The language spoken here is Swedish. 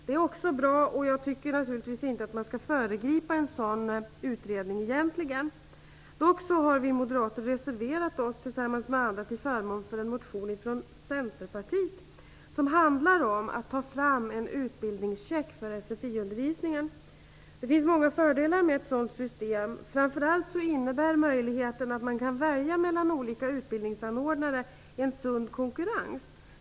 Det är också bra, och jag tycker naturligtvis inte att man egentligen skall föregripa en sådan utredning. Vi Moderater har dock tillsammans med andra reserverat oss till förmån för en motion från Centerpartiet som handlar om att ta fram en utbildningscheck för sfi-undervisningen. Det finns många fördelar med ett sådant system. Framför allt innebär det en möjlighet att välja mellan olika utbildningsanordnare i en sund konkurrens.